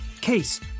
case